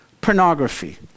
Pornography